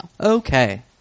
okay